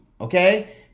okay